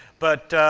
but.